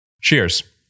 Cheers